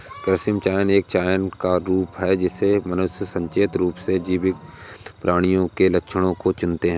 कृत्रिम चयन यह चयन का एक रूप है जिससे मनुष्य सचेत रूप से जीवित प्राणियों के लक्षणों को चुनते है